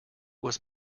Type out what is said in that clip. was